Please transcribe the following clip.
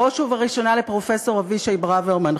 בראש ובראשונה לפרופסור אבישי ברוורמן,